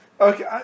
Okay